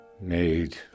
made